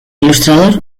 ilustrador